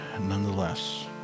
nonetheless